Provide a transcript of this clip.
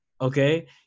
Okay